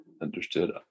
understood